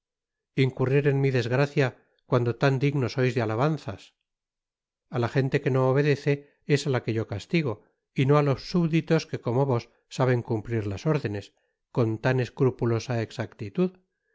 incurrir en mi desgracia cuando tan digno sois de alabanzas a la gente que no obedece es a la que yo castigo y no á los subditos que como vos saben cumplir las órdenes con tan escrupulosa exactitud